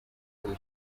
uyu